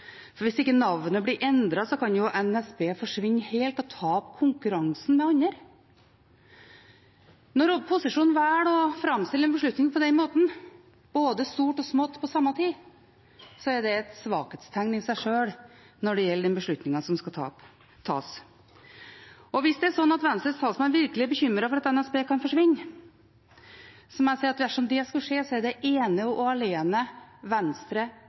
for hvis ikke navnet blir endret, kan NSB forsvinne helt og tape konkurransen med andre. Når posisjonen velger å framstille en beslutning på den måten, som både stor og liten på samme tid, er det et svakhetstegn i seg sjøl når det gjelder den beslutningen som skal tas. Hvis Venstres talsmann virkelig er bekymret for at NSB kan forsvinne, må jeg si at hvis det skulle skje, er det ene og alene Venstre,